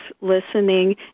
listening